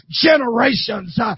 generations